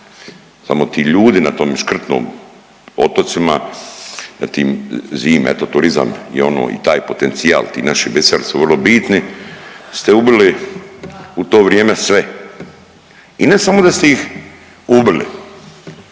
samo ti ljudi na tom škrtom otocima, zatim zimi eto turizam je ono i taj potencijal i ti naši …/Govornik se ne razumije/… su vrlo bitni, ste ubili u to vrijeme sve i ne samo da ste ih ubili